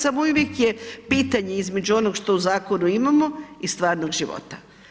Samo uvijek je pitanje između onog što u zakonu imamo i stvarnog života.